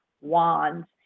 wands